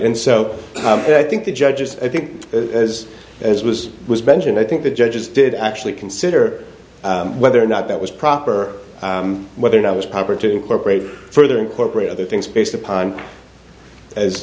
and so i think the judges i think as as was mentioned i think the judges did actually consider whether or not that was proper or whether it was proper to incorporate further incorporate other things based upon as